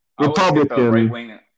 Republican